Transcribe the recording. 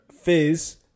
Fizz